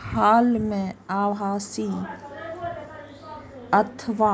हाल मे आभासी अथवा